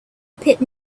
pit